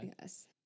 Yes